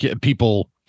people